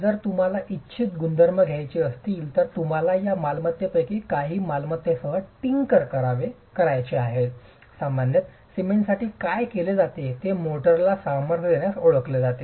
जर तुम्हाला इच्छित गुणधर्म घ्यायचे असतील तर तुम्हाला या मालमत्तांपैकी काही मालमत्तेसह टिंकर करायचे आहेत सामान्यत सिमेंटसाठी काय केले जाते ते मोर्टारला सामर्थ्य देण्यास ओळखले जाते